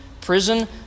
prison